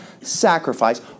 sacrifice